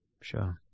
sure